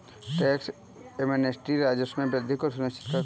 tax amnesty राजस्व में वृद्धि को सुनिश्चित करता है